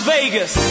Vegas